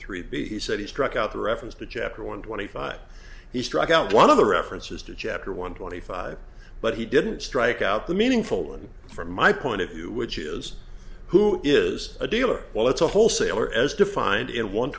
three b he said he struck out the reference to chapter one twenty five he struck out one of the references to jeopardy one twenty five but he didn't strike out the meaningful one from my point of view which is who is a dealer well it's a wholesaler as defined in one